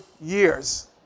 years